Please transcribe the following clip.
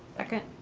second.